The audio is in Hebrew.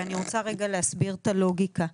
אני רוצה להסביר את הלוגיקה.